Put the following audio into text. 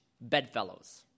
bedfellows